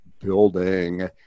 building